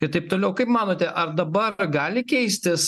ir taip toliau kaip manote ar dabar gali keistis